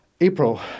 April